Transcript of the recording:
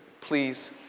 Please